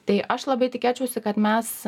tai aš labai tikėčiausi kad mes